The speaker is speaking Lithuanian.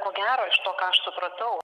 ko gero iš to ką aš supratau